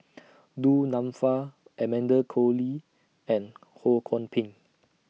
Du Nanfa Amanda Koe Lee and Ho Kwon Ping